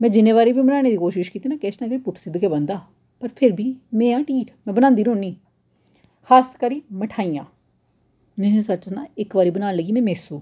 में जिन्नी बारी बी बनाने दी कोशिश कीती किश न किश पुट्ठ सिद्ध गै बनदा पर फिर बी में हां ढीठ में बनांदी रौह्न्नी खास करी मिठाइयां में तुसें ई सच सनां इक बारी में बनान लगी मेसू